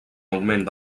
augment